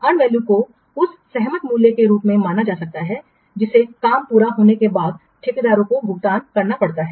earn value को उस सहमत मूल्य के रूप में माना जा सकता है जिसे काम पूरा होने के बाद ठेकेदार को भुगतान करना पड़ता है